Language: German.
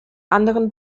anderen